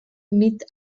mit